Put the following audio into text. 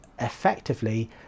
effectively